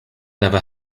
never